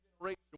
generation